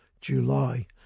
July